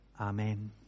Amen